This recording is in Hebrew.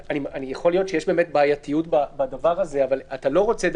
להיות שיש בעייתיות בדבר הזה אבל אתה לא רוצה,